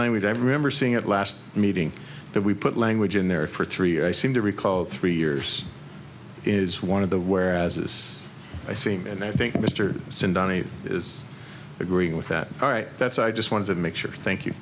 language i remember seeing at last meeting that we put language in there for three i seem to recall three years is one of the whereas this i see and i think mr singh danny is agreeing with that all right that's i just wanted to make sure to thank you